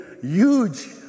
huge